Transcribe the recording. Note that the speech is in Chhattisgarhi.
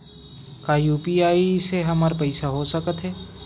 का यू.पी.आई से हमर पईसा हो सकत हे?